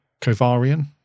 Kovarian